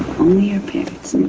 only your parents